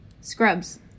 Scrubs